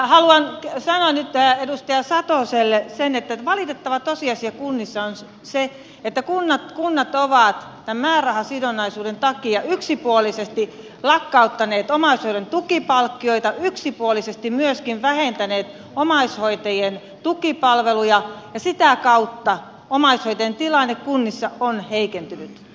haluan sanoa nyt edustaja satoselle sen että valitettava tosiasia kunnissa on se että kunnat ovat tämän määrärahasi donnaisuuden takia yksipuolisesti lakkauttaneet omaishoidon tukipalkkioita yksipuolisesti myöskin vähentäneet omaishoitajien tukipalveluja ja sitä kautta omaishoitajien tilanne kunnissa on heikentynyt